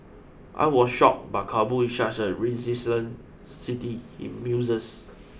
I was shocked but Kabul is such a resilient city he muses